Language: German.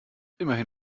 immerhin